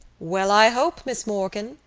well, i hope, miss morkan,